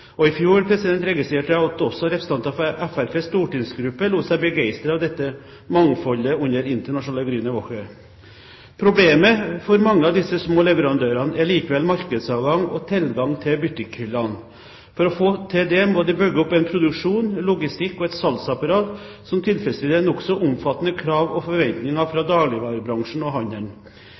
fjor registrerte jeg at også representanter fra Fremskrittspartiets stortingsgruppe lot seg begeistre av dette mangfoldet under Internationale Grüne Woche. Problemet for mange av disse små leverandørene er likevel markedsadgang og tilgang til butikkhyllene. For å få til det må de bygge opp en produksjon, logistikk og et salgsapparat som tilfredsstiller nokså omfattende krav og forventninger fra dagligvarebransjen og handelen